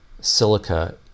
silica